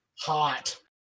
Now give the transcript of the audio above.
Hot